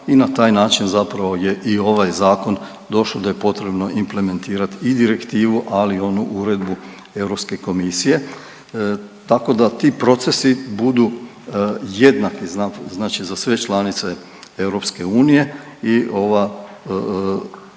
i na taj način zapravo je i ovaj zakon došao da je potrebno implementirat i direktivu, ali i onu uredbu Europske komisije, tako da ti procesi budu jednaki znači za sve članice EU i ova,